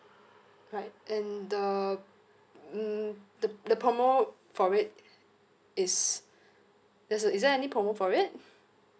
right and the um the the promo for it is is the~ is there any promo for it